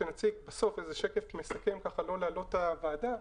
שנציג בסוף בשקף שמסכם כדי לא להלאות את הוועדה,